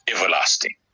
everlasting